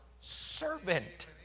servant